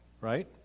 right